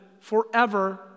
forever